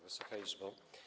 Wysoka Izbo!